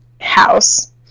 house